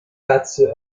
katze